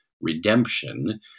redemption